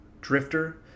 drifter